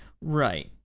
Right